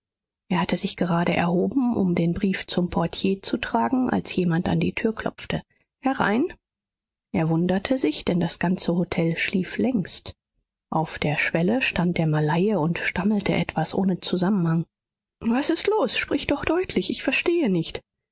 er hatte sich gerade erhoben um den brief zum portier zu tragen als jemand an die tür klopfte herein er wunderte sich denn das ganze hotel schlief längst auf der schwelle stand der malaie und stammelte etwas ohne zusammenhang was ist los sprich doch deutlich ich verstehe nicht